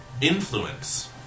influence